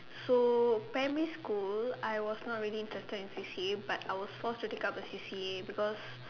so primary school I was not really interested in C_C_A but I was forced to take up a C_C_A because